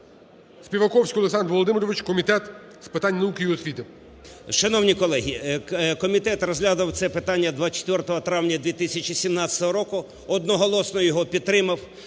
Співаковський Олександр Володимирович, Комітет з питань науки і освіти.